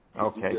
Okay